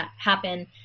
happen